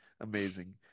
amazing